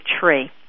tree